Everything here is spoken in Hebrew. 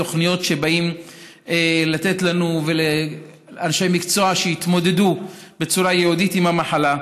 תוכניות שבאות לתת לנו ולאנשי מקצוע שיתמודדו בצורה ייעודית עם המחלה,